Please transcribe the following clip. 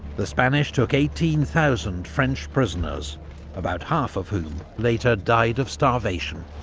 the spanish took eighteen thousand french prisoners about half of whom later died of starvation.